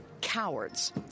cowards